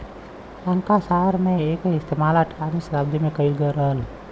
Lancashire में एकर इस्तेमाल अठारहवीं सताब्दी में करल गयल रहल